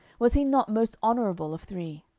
was he not most honourable of three?